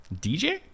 DJ